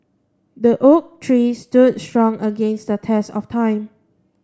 the oak tree stood strong against the test of time